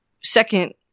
second